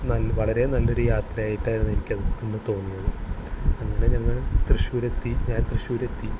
വളരെ നല്ലൊരു യാത്രയായിട്ടായിരുന്നു എനിക്കത് തോന്നിയത് അങ്ങനെ ഞങ്ങൾ തൃശൂരെത്തി ഞാൻ തൃശ്ശൂരെത്തി